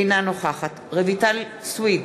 אינה נוכחת רויטל סויד,